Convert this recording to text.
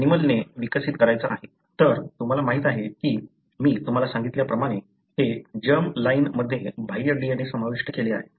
तर तुम्हाला माहिती आहे की मी तुम्हाला सांगितल्याप्रमाणे हे जर्म लाईन मध्ये बाह्य DNA समाविष्ट केले आहेत